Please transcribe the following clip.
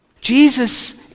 Jesus